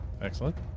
Excellent